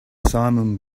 simum